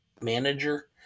manager